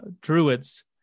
druids